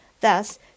thus